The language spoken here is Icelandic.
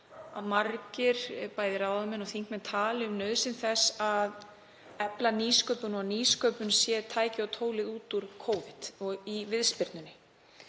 að margir, bæði ráðamenn og þingmenn, tali um nauðsyn þess að efla nýsköpun og að nýsköpun sé tækið og tólið út úr Covid og í viðspyrnunni.